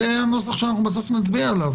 זה הנוסח שאנחנו נצביע עליו,